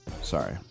Sorry